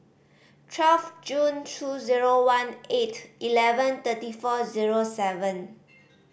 twelve June two zero one eight eleven thirty four zero seven